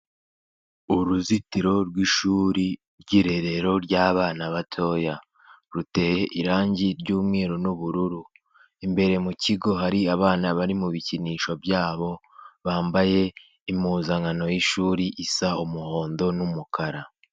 Uruzitiro rw'ishuri ry'irerero ry'abana batoya ruteye irangi ry'umweru n'ubururu. Imbere mu kigo hari abana bari mu bikinisho byabo bambaye impuzankano y'ishuri isa umuhondo n'umukara.